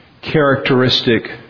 characteristic